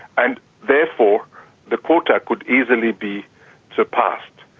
and therefore the quota could easily be surpassed.